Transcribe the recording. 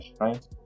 right